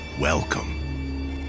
Welcome